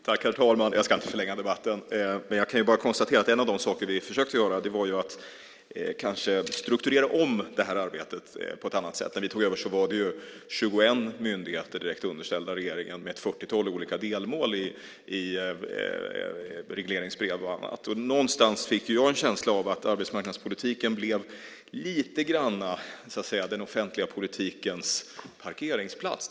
Herr talman! Jag ska inte förlänga debatten. Jag kan bara konstatera att en av de saker som vi har försökt göra är att strukturera om arbetet på ett annat sätt. När vi tog över var det 21 myndigheter direkt underställda regeringen med ett fyrtiotal olika delmål i regleringsbrev och annat. Någonstans fick jag en känsla av att arbetsmarknadspolitiken lite grann blev den offentliga politikens parkeringsplats.